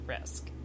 risk